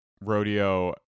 rodeo